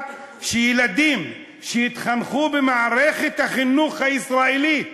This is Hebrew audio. שילדים שהתחנכו במערכת החינוך הישראלית